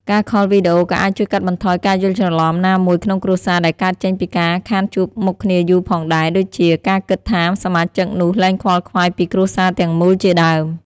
ការខលវីដេអូក៏អាចជួយកាត់បន្ថយការយល់ច្រឡំណាមួយក្នុងគ្រួសារដែលកើតចេញពីការខានជួបមុខគ្នាយូរផងដែរ ដូចជា ការគិតថា សមាជិកនោះលែងខ្វល់ខ្វាយពីគ្រួសារទាំងមូលជាដើម។